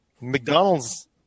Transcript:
mcdonald's